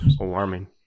alarming